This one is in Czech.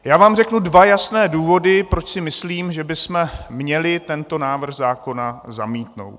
Já vám řeknu dva jasné důvody, proč si myslím, že bychom měli tento návrh zákona zamítnout.